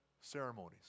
ceremonies